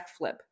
backflip